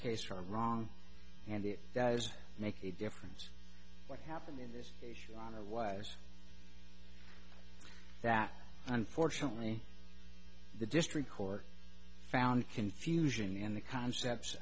case from wrong and it does make a difference what happened in this case the honor was that unfortunately the district court found confusion in the concepts